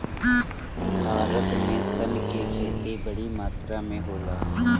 भारत में सन के खेती बड़ी मात्रा में होला